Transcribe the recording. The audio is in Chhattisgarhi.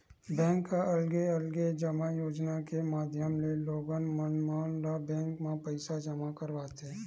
बेंक ह अलगे अलगे जमा योजना के माधियम ले लोगन मन ल बेंक म पइसा जमा करवाथे